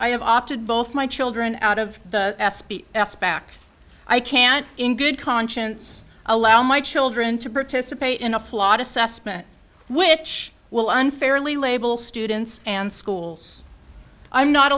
i have opted both my children out of the back i can't in good conscience allow my children to participate in a flawed assessment which will unfairly label students and schools i'm not